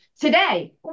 Today